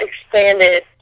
expanded